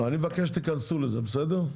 אני מבקש שתיכנסו לזה, בסדר?